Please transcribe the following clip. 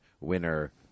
winner